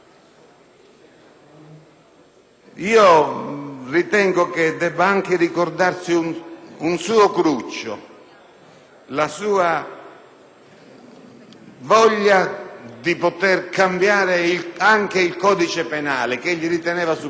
Io ritengo che debba anche ricordarsi un suo cruccio, la sua voglia di poter cambiare anche il codice penale, che egli riteneva superato.